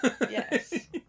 Yes